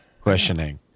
questioning